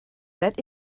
that